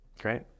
Great